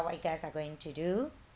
what you guys are going to do